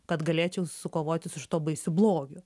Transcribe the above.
kad galėčiau sukovoti su šituo baisiu blogiu